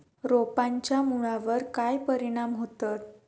रोपांच्या मुळावर काय परिणाम होतत?